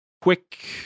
quick